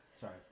sorry